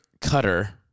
Cutter